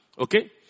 Okay